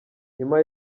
nyuma